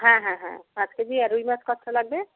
হ্যাঁ হ্যাঁ হ্যাঁ পাঁচ কেজি আর রুই মাছ কতটা লাগবে